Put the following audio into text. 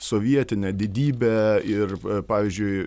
sovietinę didybę ir pavyzdžiui